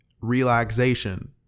Relaxation